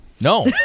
No